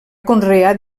conrear